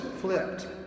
flipped